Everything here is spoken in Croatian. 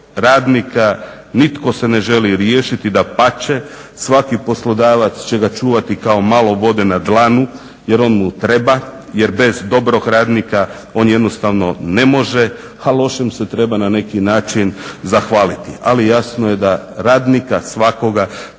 radnika nitko se ne želi riješiti dapače, svaki poslodavac će ga čuvati kao malo vode na dlanu jer on mu treba jer bez dobrog radnika on jednostavno ne može, a lošem se treba na neki način zahvaliti. Ali jasno je da radnika svakoga